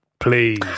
Please